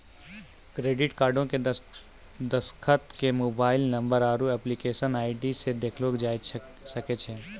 credit कार्डो के दरखास्त के मोबाइल नंबर आरु एप्लीकेशन आई.डी से देखलो जाय सकै छै